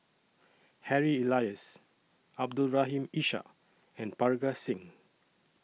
Harry Elias Abdul Rahim Ishak and Parga Singh